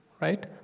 right